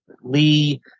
Lee